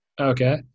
Okay